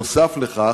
נוסף על כך,